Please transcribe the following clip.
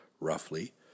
roughly